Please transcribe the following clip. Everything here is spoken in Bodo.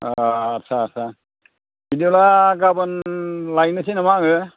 अ आच्चा आच्चा बिदिब्ला गाबोन लायनोसै नामा आङो